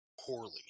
poorly